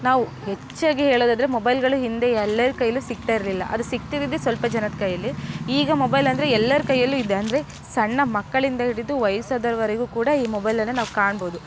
ನಾವು ಹೆಚ್ಚಿಗೆ ಹೇಳೋದಾದರೆ ಮೊಬೈಲುಗಳು ಹಿಂದೆ ಎಲ್ಲರ ಕೈಯಲ್ಲು ಸಿಗ್ತಾ ಇರಲಿಲ್ಲ ಅದು ಸಿಗ್ತಿದಿದ್ದೆ ಸ್ವಲ್ಪ ಜನದ ಕೈಯಲ್ಲಿ ಈಗ ಮೊಬೈಲಂದರೆ ಎಲ್ಲರ ಕೈಯಲ್ಲು ಇದೆ ಅಂದರೆ ಸಣ್ಣ ಮಕ್ಕಳಿಂದ ಹಿಡಿದು ವಯಸ್ಸಾದವರೆಗೂ ಕೂಡ ಈ ಮೊಬೈಲನ್ನು ನಾವು ಕಾಣ್ಬೋದು